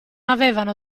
avevano